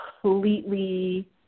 completely